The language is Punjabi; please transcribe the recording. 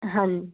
ਹਾਂਜੀ